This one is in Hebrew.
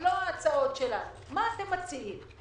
מה אתם מציעים?